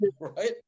right